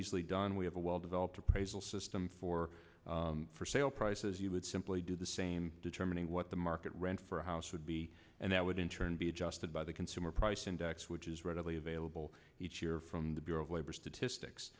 easily done we have a well developed appraisal system for for sale prices you would simply do the same determining what the market rent for a house would be and that would in turn be adjusted by the consumer price index which is readily available each year from the